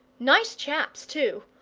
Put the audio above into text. nice chaps, too.